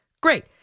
Great